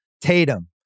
Tatum